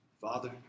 Father